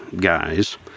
guys